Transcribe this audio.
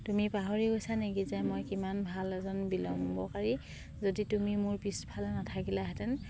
তুমি পাহৰি গৈছা নেকি যে মই কিমান ভাল এজন বিলম্বকাৰী যদি তুমি মোৰ পিছফালে নাথাকিলাহেঁতেন